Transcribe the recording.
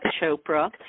Chopra